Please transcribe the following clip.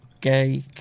gay